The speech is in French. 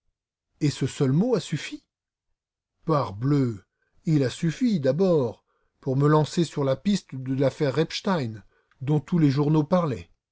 et ce seul mot a suffi parbleu il a suffi d'abord pour me lancer sur la piste de l'affaire repstein dont tous les journaux parlaient